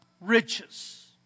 riches